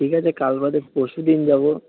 ঠিক আছে কাল বাদে পরশু দিন যাবো